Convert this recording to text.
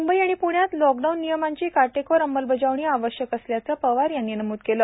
म्ंबई आणि प्ण्यात लॉकडाऊन नियमांची काटेकोर अंमलबजावणी आवश्यक असल्याचं पवार यांनी नमूद केलं